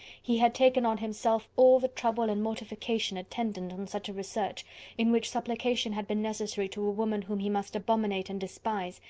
he had taken on himself all the trouble and mortification attendant on such a research in which supplication had been necessary to a woman whom he must abominate and despise,